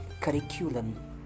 curriculum